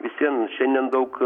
visvien šiandien daug